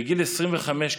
בגיל 25,